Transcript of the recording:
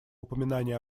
упоминания